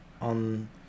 on